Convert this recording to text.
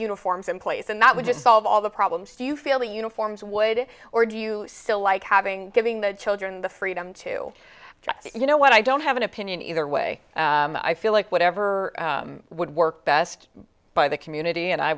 uniforms in place and that would just solve all the problems do you feel the uniforms would or do you still like having giving the children the freedom to just say you know what i don't have an opinion either way i feel like whatever would work best by the community and i